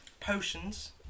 potions